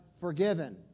forgiven